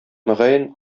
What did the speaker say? мөгаен